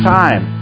time